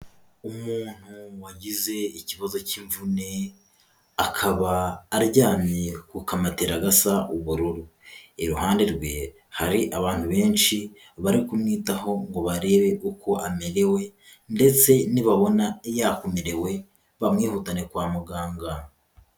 Umuntu wagize ikibazo cy'imvune akaba aryamye ku kamatera gasa ubururu. Iruhande rwe hari abantu benshi bari kumwitaho, ngo barebe uko amerewe ndetse nibabona yakomerewe bamwihutane kwa muganga.